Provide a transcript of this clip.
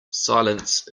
silence